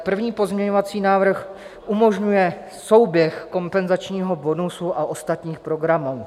První pozměňovací návrh umožňuje souběh kompenzačního bonusu a ostatních programů.